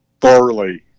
Thoroughly